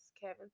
Kevin